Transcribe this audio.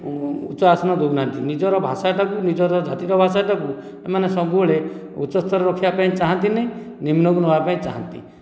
ଉଚ୍ଚ ଆସନ ଦେଉନାହାଁନ୍ତି ନିଜର ଭାଷା ଟାକୁ ନିଜର ଜାତିର ଭାଷାଟାକୁ ଏମାନେ ସବୁବେଳେ ଉଚ୍ଚସ୍ତର ରଖିବା ପାଇଁ ଚାହାଁନ୍ତି ନାହିଁ ନିମ୍ନକୁ ନେବାକୁ ଚାହାଁନ୍ତି